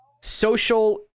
social